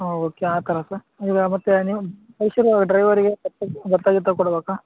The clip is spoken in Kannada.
ಹಾಂ ಓಕೆ ಆ ಥರ ಸರ್ ಈಗ ಮತ್ತೆ ನೀವು ಕಳ್ಸಿರೋ ಡ್ರೈವರಿಗೆ ಬತ್ತ ಗಿತ್ತ ಕೊಡಬೇಕಾ